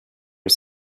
are